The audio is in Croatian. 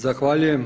Zahvaljujem.